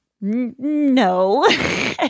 no